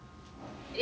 really